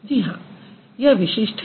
जी हाँ यह विशिष्ट है